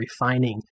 refining